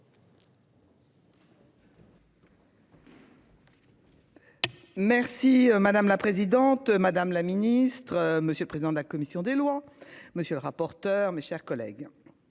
Merci madame la présidente, madame la ministre, monsieur le président de la commission des lois. Monsieur le rapporteur. Mes chers collègues.